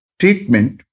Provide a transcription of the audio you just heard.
treatment